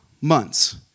months